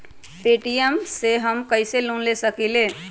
Paytm से हम कईसे लोन ले सकीले?